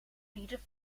bieden